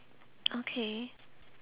okay